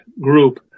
group